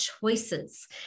choices